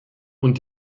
und